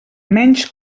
menys